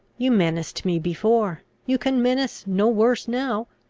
you menaced me before you can menace no worse now.